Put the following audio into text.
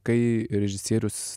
kai režisierius